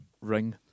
Ring